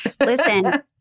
listen